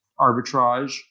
arbitrage